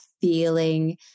feeling